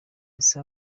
ese